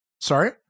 Sorry